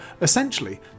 Essentially